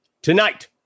Tonight